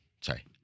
Sorry